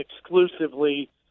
exclusively